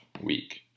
week